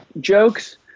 jokes